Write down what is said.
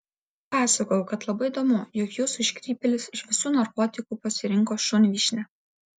pasakojau kad labai įdomu jog jūsų iškrypėlis iš visų narkotikų pasirinko šunvyšnę